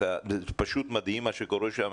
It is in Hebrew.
פשוט מדהים מה שקורה שם,